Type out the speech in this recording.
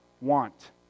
want